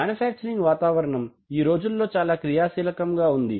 manufacturing వాతావరణం ఈ రోజుల్లో నిజంగా చాలా క్రియాశీలముగా ఉంది